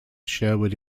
sherwood